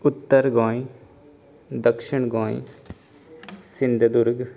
उत्तर गोंय दक्षीण गोंय सिंधुदुर्ग